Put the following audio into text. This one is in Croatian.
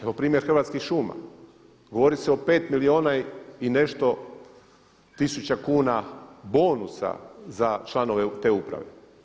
Evo primjer Hrvatskih šuma, govori se o 5 milijuna i nešto tisuća kuna bonusa za članove te uprave.